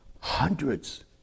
hundreds